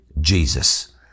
Jesus